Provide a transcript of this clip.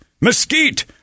mesquite